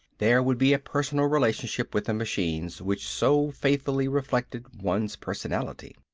there would be a personal relationship with the machines which so faithfully reflected one's personality.